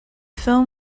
film